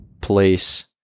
place